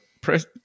press